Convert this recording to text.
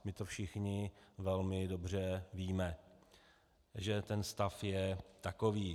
My všichni velmi dobře víme, že ten stav je takový.